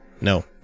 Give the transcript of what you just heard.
No